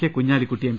K Kunhalikutty M